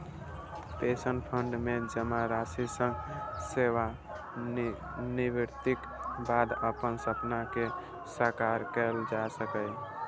pension fund मे जमा राशि सं सेवानिवृत्तिक बाद अपन सपना कें साकार कैल जा सकैए